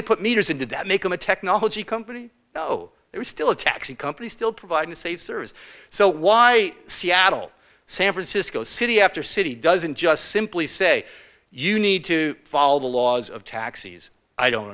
they put meters in did that make them a technology company oh it was still a taxi company still providing a safe there is so why seattle san francisco city after city doesn't just simply say you need to follow the laws of taxis i don't